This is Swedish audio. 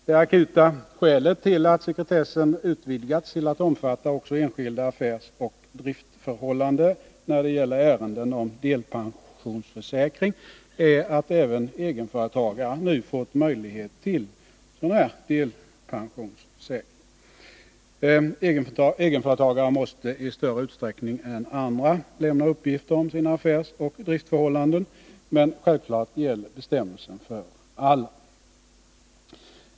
Det akuta skälet till att sekretessen utvidgas till att omfatta också enskilda affärsoch driftförhållanden när det gäller ärenden om delpensionsförsäkring är att även egenföretagare nu fått möjlighet till denna delpensionsförsäkring. Egenföretagare måste i större utsträckning än andra lämna uppgifter om sina affärsoch driftförhållanden. Men självfallet gäller bestämmelsen för alla.